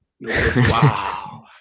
Wow